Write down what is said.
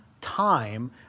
time